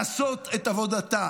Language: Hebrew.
לעשות את עבודתה.